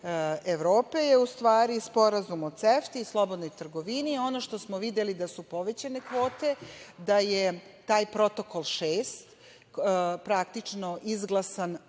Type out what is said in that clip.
Evrope, - je u stvari Sporazum o CEFTI, slobodnoj trgovini, ono što smo videli da su povećane kvote, da je taj protokol 6. praktično izglasan